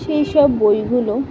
সেই সব বইগুলো